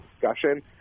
discussion